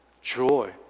joy